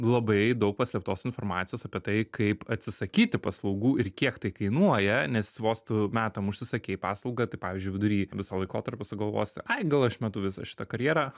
labai daug paslėptos informacijos apie tai kaip atsisakyti paslaugų ir kiek tai kainuoja nes vos tu metam užsisakei paslaugą tai pavyzdžiui vidury viso laikotarpio sugalvosi ai gal aš metu visą šitą karjerą